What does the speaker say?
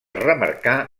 remarcar